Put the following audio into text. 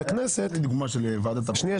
הכנסת --- תן לי דוגמה של ועדת --- שנייה,